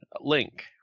Link